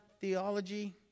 theology